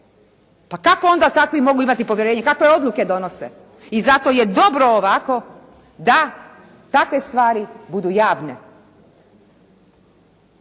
Pa kako onda takvi mogu imati povjerenje, kakve odluke donose? I zato je dobro ovako da takve stvari budu javne.